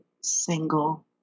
single